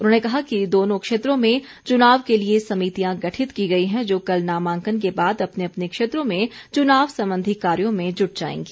उन्होंने कहा कि दोनों क्षेत्रों में चुनाव के लिए समितियां गठित की गई हैं जो कल नामांकन के बाद अपने अपने क्षेत्रों में चुनाव संबंधी कार्यों में जुट जाएंगी